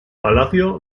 palacio